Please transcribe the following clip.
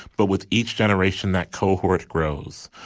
but with each generation that cohort grows.